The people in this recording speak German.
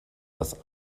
das